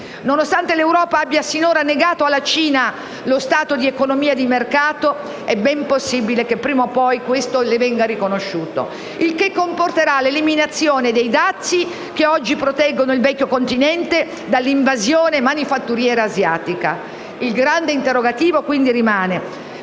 Nonostante l'Europa abbia sino ad ora negato alla Cina lo *status* di economia di mercato, è ben possibile che prima o poi questo le venga riconosciuto; il che comporterà l'eliminazione dei dazi che oggi proteggono il Vecchio continente dall'invasione manifatturiera asiatica. Il grande interrogativo quindi rimane: